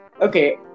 okay